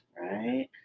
right